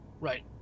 Right